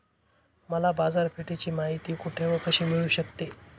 मला बाजारपेठेची माहिती कुठे व कशी मिळू शकते?